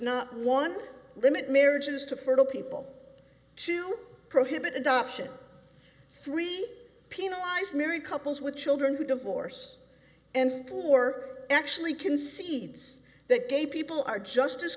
to limit marriages to fertile people to prohibit adoption three penalize married couples with children who divorce and four actually concedes that gay people are just as